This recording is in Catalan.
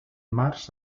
març